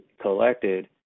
collected